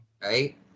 Right